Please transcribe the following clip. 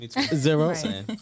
zero